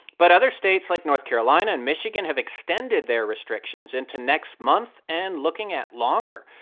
but other states like north carolina and michigan have extended their restrictions into next month and looking at longer.